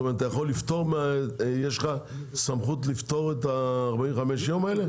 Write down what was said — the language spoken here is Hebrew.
כלומר, יש לך סמכות לפטור מ-45 הימים האלה?